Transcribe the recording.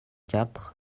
quatre